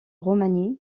roumanie